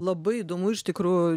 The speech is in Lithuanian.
labai įdomu iš tikrųjų